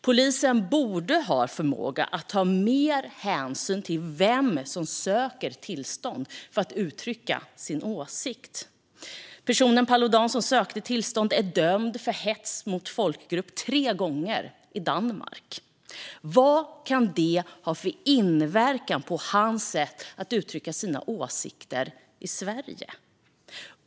Polisen borde ha förmåga att ta mer hänsyn till vem som söker tillstånd för att uttrycka sin åsikt. Personen Paludan som sökte tillstånd är dömd för hets mot folkgrupp tre gånger i Danmark. Vad kan det ha för inverkan på hans sätt att uttrycka sina åsikter i Sverige?